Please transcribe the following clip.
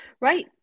Right